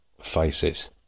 faces